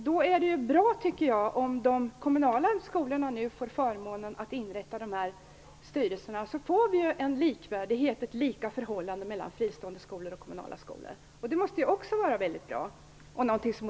Det är bra om de kommunala skolorna nu får förmånen att inrätta dessa styrelser, så att vi får ett likvärdigt förhållande mellan fristående skolor och kommunala skolor. Det måste också vara väldigt bra och någonting som